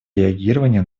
реагирования